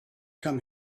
come